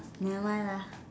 never mind lah